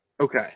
Okay